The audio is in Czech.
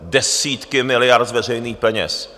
Desítky miliard z veřejných peněz!